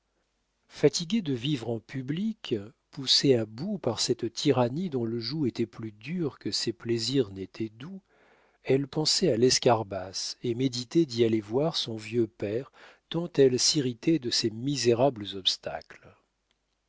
fatiguée de vivre en public poussée à bout par cette tyrannie dont le joug était plus dur que ses plaisirs n'étaient doux elle pensait à l'escarbas et méditait d'y aller voir son vieux père tant elle s'irritait de ces misérables obstacles